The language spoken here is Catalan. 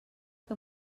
que